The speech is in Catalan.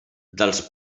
dels